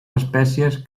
espècies